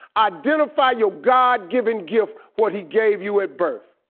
identify your god given gift, what he gave you at birth.